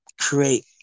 create